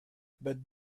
but